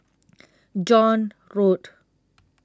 John Road